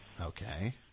Okay